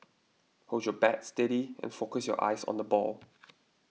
hold your bat steady and focus your eyes on the ball